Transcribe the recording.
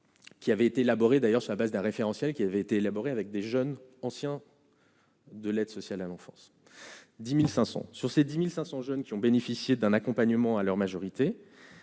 Qui avait été élaboré d'ailleurs sur la base d'un référentiel qui avait été élaboré avec des jeunes, ancien. De l'aide sociale à l'enfance 10500 sur ces 10500 jeunes qui ont bénéficié d'un accompagnement à leur majorité,